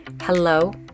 Hello